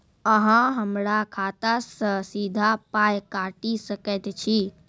अहॉ हमरा खाता सअ सीधा पाय काटि सकैत छी?